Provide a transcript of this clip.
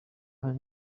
hano